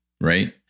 Right